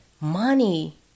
money